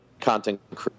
content